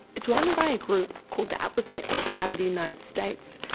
it's run by a group called the atlas network out of the united states.